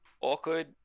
awkward